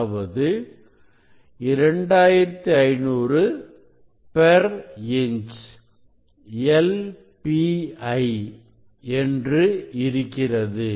அதாவது 2500inch LPI என்று இருக்கிறது